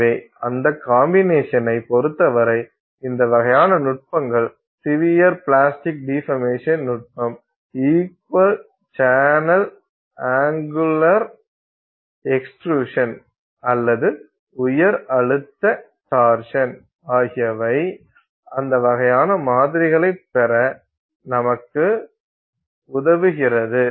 எனவே அந்த காம்பினேஷன்னை பொறுத்தவரை இந்த வகையான நுட்பங்கள் சிவியர் பிளாஸ்டிக் டிபர்மேசன் நுட்பம் இக்வல் சேனல் அங்குலர் எக்ஸ்ட்ருஷன் அல்லது உயரழுத்த டார்சன் ஆகியவை அந்த வகையான மாதிரிகளைப் பெற நமக்கு உதவுகிறது